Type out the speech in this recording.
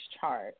chart